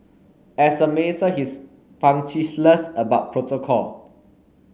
as a minister he's punctilious about protocol